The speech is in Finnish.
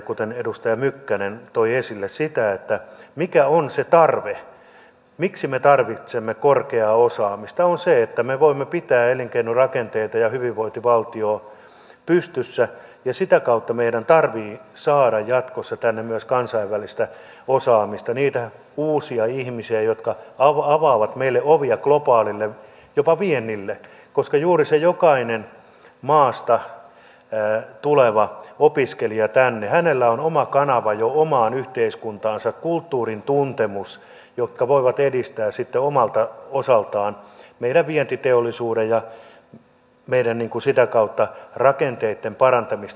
kuten edustaja mykkänen toi esille mikä on se tarve miksi me tarvitsemme korkeaa osaamista on se että me voimme pitää elinkeinorakenteita ja hyvinvointivaltiota pystyssä ja sitä kautta meidän tarvitsee saada jatkossa tänne myös kansainvälistä osaamista niitä uusia ihmisiä jotka avaavat meille ovia globaalille jopa viennille koska juuri jokainen maasta tänne tuleva opiskelija jolla on oma kanavansa jo omaan yhteiskuntaansa kulttuurin tuntemus voi edistää sitten omalta osaltaan meidän vientiteollisuuden ja meidän sitä kautta rakenteitten parantamista